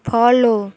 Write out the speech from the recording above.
follow